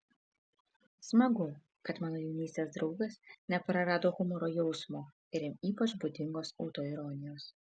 smagu kad mano jaunystės draugas neprarado humoro jausmo ir jam ypač būdingos autoironijos